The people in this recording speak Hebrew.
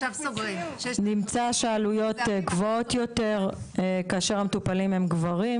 נמצא שעלויות גבוהות יותר כאשר שהמטופלים הם גברים,